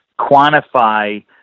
quantify